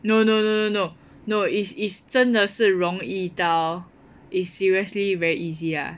no no no no no is his 真的是容易到 is seriously very easy ah